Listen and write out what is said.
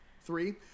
Three